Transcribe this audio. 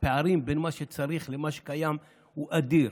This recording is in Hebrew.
הפערים בין מה שצריך למה שקיים הוא אדיר.